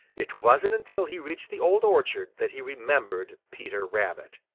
it wasn't until he reached the old orchard that he remembered peter rabbit.